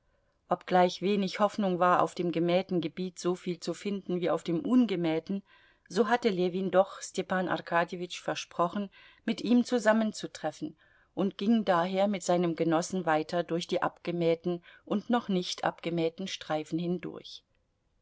obgleich wenig hoffnung war auf dem gemähten gebiet so viel zu finden wie auf dem ungemähten so hatte ljewin doch stepan arkadjewitsch versprochen mit ihm zusammenzutreffen und ging daher mit seinem genossen weiter durch die abgemähten und noch nicht abgemähten streifen hindurch